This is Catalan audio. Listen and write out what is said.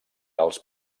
els